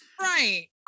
Right